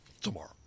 tomorrow